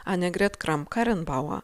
anegret kramp karenbauva